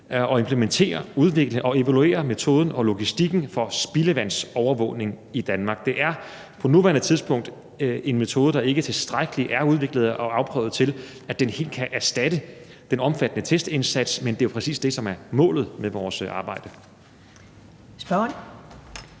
at implementere, udvikle og evaluere metoden og logistikken for spildevandsovervågning i Danmark. Det er på nuværende tidspunkt en metode, der ikke tilstrækkeligt er udviklet og afprøvet, til at den helt kan erstatte den omfattende testindsats. Men det er jo præcis det, som er målet med vores arbejde. Kl.